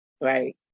right